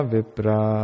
Vipra